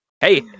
Hey